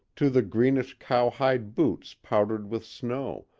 to the greenish cowhide boots powdered with snow,